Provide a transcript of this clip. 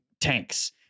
tanks